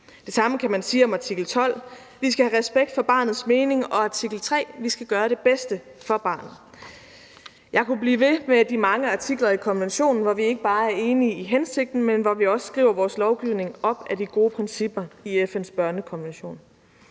Det samme kan man sige om artikel 12: Vi skal have respekt for barnets mening – og artikel 3: Vi skal gøre det bedste for barnet. Jeg kunne blive ved med at nævne de mange artikler i konventionen, hvor vi ikke bare er enige i hensigten, men også at vi mange steder skriver vores lovgivning op ad de gode principper i FN's børnekonvention.